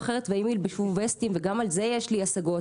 אחרת ואם ילבשו ווסטים וגם על זה יש לי השגות,